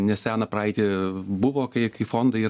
neseną praeitį buvo kai kai fondai